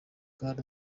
bwana